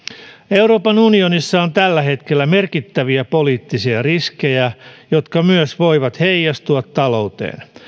euroopan unionissa on tällä hetkellä merkittäviä poliittisia riskejä jotka myös voivat heijastua talouteen